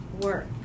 work